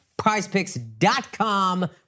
Prizepicks.com